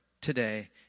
today